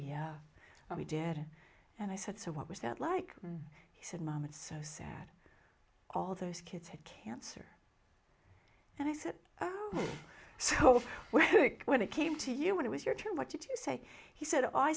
yeah we did it and i said so what was that like he said mom it's so sad all those kids had cancer and i said so well when it came to you when it was your turn what did you say he said i